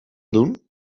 doen